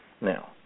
Now